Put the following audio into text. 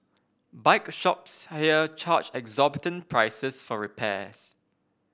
bike shops here charge exorbitant prices for repairs